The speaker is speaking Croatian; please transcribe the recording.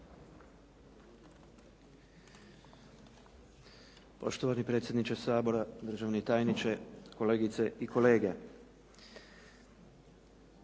Poštovani predsjedniče Sabora, državni tajniče, kolegice i kolege.